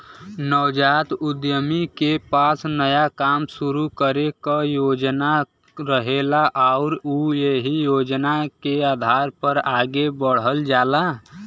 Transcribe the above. नवजात उद्यमी के पास नया काम शुरू करे क योजना रहेला आउर उ एहि योजना के आधार पर आगे बढ़ल जाला